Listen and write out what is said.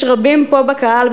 יש רבים פה בקהל,